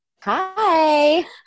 Hi